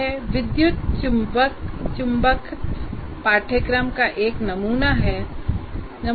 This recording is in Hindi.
यह विद्युत चुंबकत्व पाठ्यक्रम का एक नमूना COs है